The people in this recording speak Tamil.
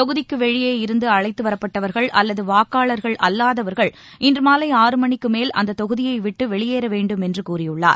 தொகுதிக்கு வெளியே இருந்து அழைத்து வரப்பட்டவர்கள் அல்லது வாக்காளர்கள் அல்லாதவர்கள் இன்று மாலை ஆறு மணிக்கு மேல் அந்தத் தொகுதியை விட்டு வெளியேற வேண்டும் என்று கூறியுள்ளார்